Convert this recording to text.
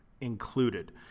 included